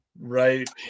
Right